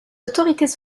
autorités